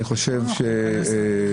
ניכנס לזה.